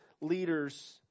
leaders